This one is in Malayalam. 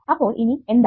അപ്പോൾ ഇനി എന്താണ്